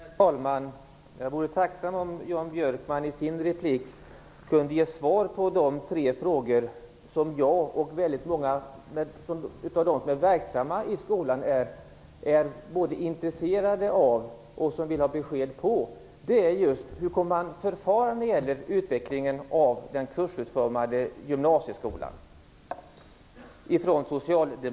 Herr talman! Jag vore tacksam om Jan Björkman i sin replik kunde ge svar på de tre frågor som jag och väldigt många av dem som är verksamma i skolan är intresserade av och som vi vill ha besked på. Min första fråga är: Hur kommer Socialdemokraterna att förfara när det gäller utvecklingen av den kursutformade gymnasieskolan?